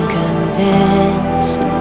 convinced